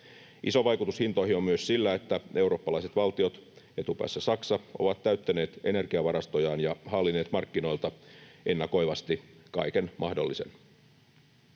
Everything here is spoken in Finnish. Iso vaikutus hintoihin on myös sillä, että eurooppalaiset valtiot, etupäässä Saksa, ovat täyttäneet energiavarastojaan ja haalineet markkinoilta ennakoivasti kaiken mahdollisen.